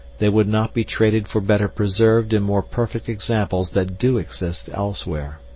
they would not be traded for better preserved and more perfect examples that do exist elsewhere.